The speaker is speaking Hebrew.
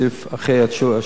אחרי השאלות הנוספות.